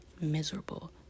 miserable